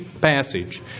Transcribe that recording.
passage